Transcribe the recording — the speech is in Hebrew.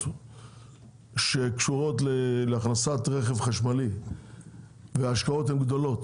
שקשורות להכנסת רכב חשמלי וההשקעות גדולות,